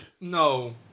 No